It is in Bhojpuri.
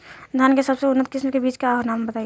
धान के सबसे उन्नत किस्म के बिज के नाम बताई?